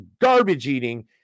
garbage-eating